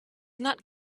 not